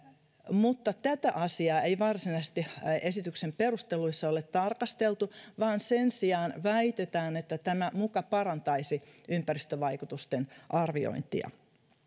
mutta tätä asiaa ei varsinaisesti esityksen perusteluissa ole tarkasteltu vaan sen sijaan väitetään että tämä muka parantaisi ympäristövaikutusten arviointia